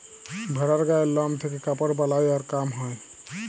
ভেড়ার গায়ের লম থেক্যে কাপড় বালাই আর কাম হ্যয়